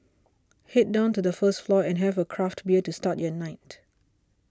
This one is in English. head down to the first floor and have a craft bear to start your night